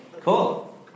Cool